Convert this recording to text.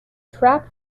trap